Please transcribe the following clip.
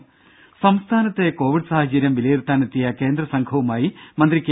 ദേദ സംസ്ഥാനത്തെ കൊവിഡ് സാഹചര്യം വിലയിരുത്താനെത്തിയ കേന്ദ്രസംഘവുമായി മന്ത്രി കെ